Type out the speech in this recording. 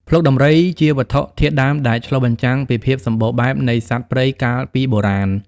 ភ្លុកដំរីជាវត្ថុធាតុដើមដែលឆ្លុះបញ្ចាំងពីភាពសម្បូរបែបនៃសត្វព្រៃកាលពីបុរាណ។